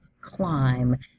climb